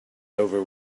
over